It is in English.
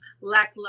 lackluster